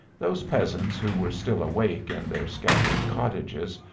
those peasants who were still awake in their scattered cottages,